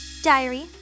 Diary